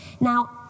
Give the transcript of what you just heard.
Now